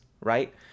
right